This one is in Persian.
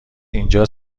اینجا